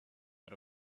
out